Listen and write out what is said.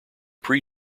pre